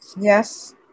yes